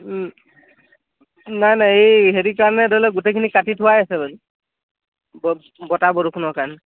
নাই নাই এই হেৰি কাৰণে ধৰি লওক গোটেইখিনি কাটি থোৱাই আছে বাৰু বতাহ বৰষুণৰ কাৰণে